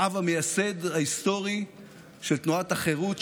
האב המייסד ההיסטורי של תנועת החירות,